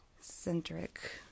centric